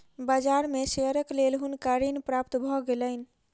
बाजार में शेयरक लेल हुनका ऋण प्राप्त भ गेलैन